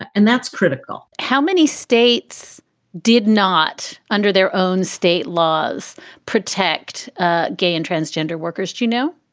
and that's critical how many states did not under their own state laws protect ah gay and transgender workers? you know,